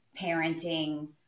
parenting